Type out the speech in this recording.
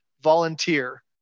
volunteer